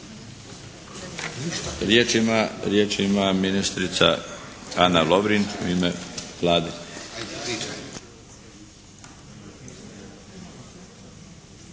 Riječ ima ministrica Ana Lovrin u ime Vlade.